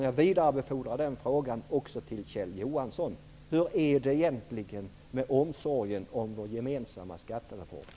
Jag vidarebefordrar den frågan till Kjell Johansson: Hur är det egentligen med omsorgen om vår gemensamma skattereform?